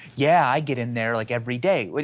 yeah, i get in their like every day, but